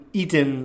eaten